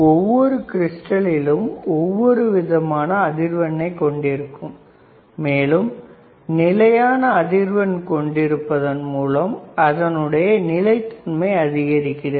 ஒவ்வொரு கிரிஸ்டலும் ஒவ்வொரு விதமான அதிர்வெண்ணை கொண்டிருக்கும் மேலும் நிலையான அதிர்வெண் கொண்டிருப்பதன் மூலமாக அதனுடைய நிலைத்தன்மை அதிகரிக்கிறது